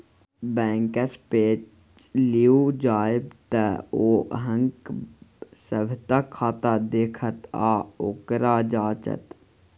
बैंकसँ पैच लिअ जाएब तँ ओ अहॅँक सभटा खाता देखत आ ओकरा जांचत